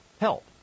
Help